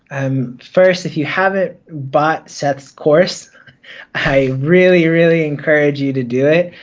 and um first if you haven't bought seth's course i really, really encourage you to do it.